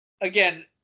again